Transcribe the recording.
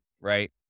right